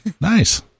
Nice